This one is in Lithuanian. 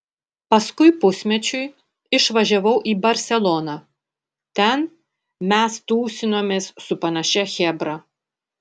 paskui pusmečiui išvažiavau į barseloną ten mes tūsinomės su panašia chebra